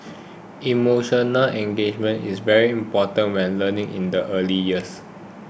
emotional engagement is very important when learning in the early years